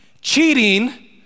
cheating